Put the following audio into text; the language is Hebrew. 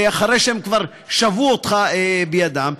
אחרי שהם כבר שבו אותך בידם,